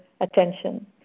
attention